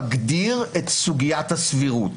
מגדיר את סוגיית הסבירות.